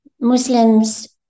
Muslims